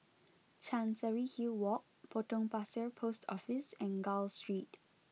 Chancery Hill Walk Potong Pasir Post Office and Gul Street